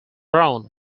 brown